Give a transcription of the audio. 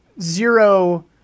zero